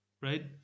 right